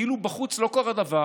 כאילו בחוץ לא קרה דבר,